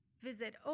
Visit